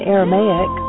Aramaic